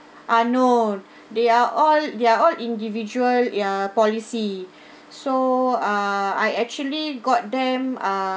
uh no they are all they are all individual ah policy so ah I actually got them uh